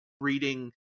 reading